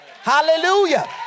hallelujah